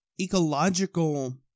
ecological